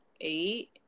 eight